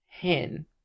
hen